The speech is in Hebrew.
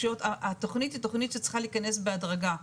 התוכנית היא תוכנית שצריכה להיכנס בהדרגה.